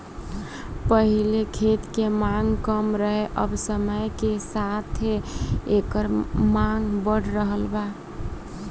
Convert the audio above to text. पहिले खेत के मांग कम रहे अब समय के साथे एकर मांग बढ़ रहल बा